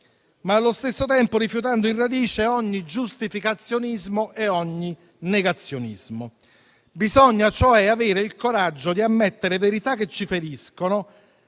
ma allo stesso tempo rifiutando alla radice ogni giustificazionismo e ogni negazionismo. Bisogna cioè avere il coraggio di ammettere verità che ci feriscono